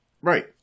right